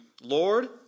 Lord